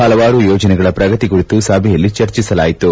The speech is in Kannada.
ಪಲವಾರು ಯೋಜನೆಗಳ ಪ್ರಗತಿ ಕುರಿತು ಸಭೆಯಲ್ಲಿ ಚರ್ಚಿಸಲಾಯಿತು